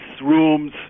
rooms